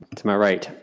to my right.